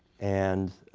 and